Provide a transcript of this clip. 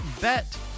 bet